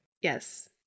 Yes